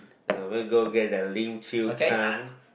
we go get that Lim-Chu-Kang